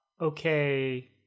okay